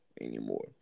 anymore